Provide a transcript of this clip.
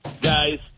guys